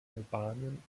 albanien